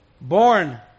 Born